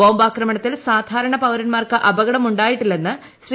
ബോംബാക്രമണത്തിൽ പൌരന്മാർക്ക് അപകടമുണ്ടായിട്ടില്ലെന്ന് ശ്രീ